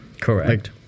Correct